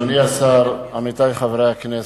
אדוני השר, עמיתי חברי הכנסת,